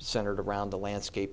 centered around the landscape